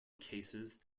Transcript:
cases